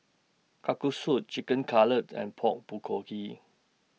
Kalguksu Chicken Cutlet and Pork Bulgogi